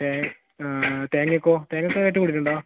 തേങ്ങ ആ തേങ്ങക്കോ തേങ്ങക്ക് റേറ്റ് കൂടുതലുണ്ടോ